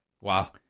Wow